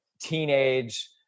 teenage